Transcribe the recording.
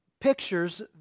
pictures